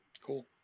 Cool